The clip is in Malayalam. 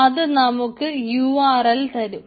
അത് നമുക്ക് യുആർഎൽ തരും